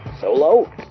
solo